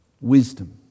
Wisdom